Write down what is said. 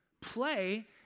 play